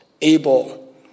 able